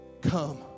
Come